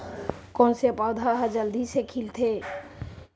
कोन से पौधा ह जल्दी से खिलथे?